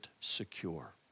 secure